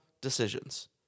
decisions